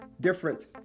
different